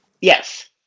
Yes